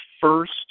first